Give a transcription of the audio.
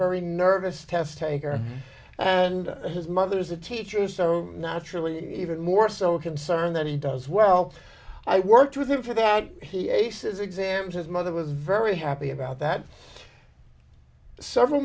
very nervous test taker and his mother was a teacher so naturally even more so concerned that he does well i worked with him for that he aces exams his mother was very happy about that several